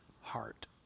heart